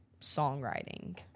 songwriting